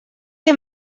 que